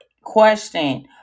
question